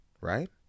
Right